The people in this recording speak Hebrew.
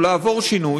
או לעבור שינוי,